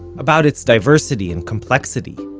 about its diversity and complexity.